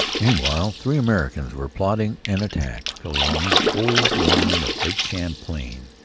meanwhile three americans were plotting an attack along the old line of lake champlain.